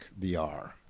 VR